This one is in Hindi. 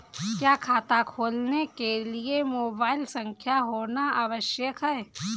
क्या खाता खोलने के लिए मोबाइल संख्या होना आवश्यक है?